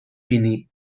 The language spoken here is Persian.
بینی